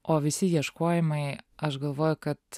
o visi ieškojimai aš galvoju kad